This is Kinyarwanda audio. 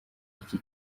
iki